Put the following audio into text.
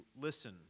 listen